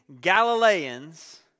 Galileans